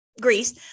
Greece